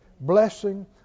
Blessing